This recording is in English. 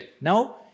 Now